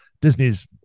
Disney's